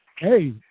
Hey